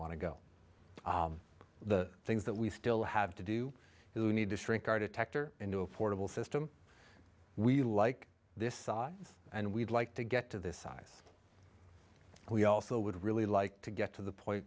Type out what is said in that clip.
want to go the things that we still have to do is we need to shrink our detector into a portable system we like this size and we'd like to get to this size we also would really like to get to the point